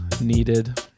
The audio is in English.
needed